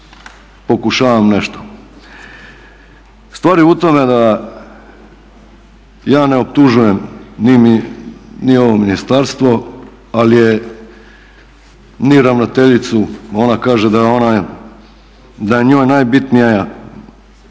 pokušavam nešto. Stvar je u tome da ja ne optužujem ni ovo ministarstvo, ni ravnateljicu ona kaže da je njoj najbitnija sigurnost